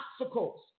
obstacles